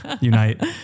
unite